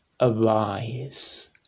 arise